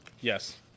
Yes